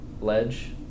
ledge